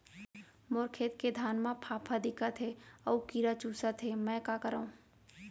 मोर खेत के धान मा फ़ांफां दिखत हे अऊ कीरा चुसत हे मैं का करंव?